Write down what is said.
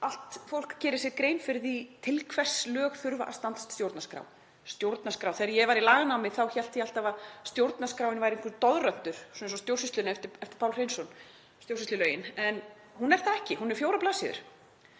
allt fólk geri sér grein fyrir því til hvers lög þurfa að standast stjórnarskrá. Þegar ég var í laganámi þá hélt ég alltaf að stjórnarskráin væri einhver doðrantur, svona eins og Stjórnsýsluréttur eftir Pál Hreinsson, en hún er það ekki. Hún er fjórar blaðsíður.